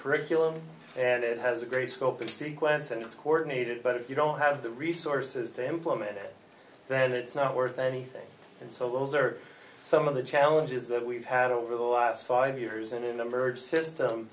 curriculum and it has a great scope and sequence and it's coordinated but if you don't have the resources to implement it then it's not worth anything and so those are some of the challenges that we've had over the last five years in a number of system